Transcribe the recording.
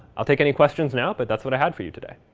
i'll take any questions now, but that's what i had for you today.